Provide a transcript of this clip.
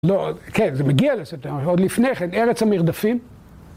‫לא, כן, זה מגיע לסרטן, ‫אבל עוד לפני כן, ארץ המרדפים.